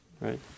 right